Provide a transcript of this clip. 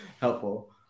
helpful